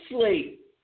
sleep